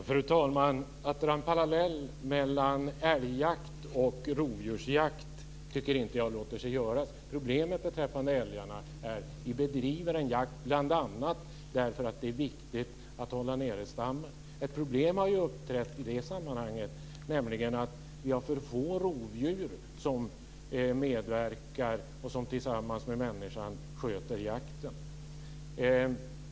Fru talman! Jag tycker inte att man kan dra en parallell mellan älgjakt och rovdjursjakt. Vi bedriver en jakt på älg bl.a. för att det är viktigt att hålla nere stammen. Ett problem har ju uppträtt i det sammanhanget, nämligen att vi har för få rovdjur som sköter jakten tillsammans med människan.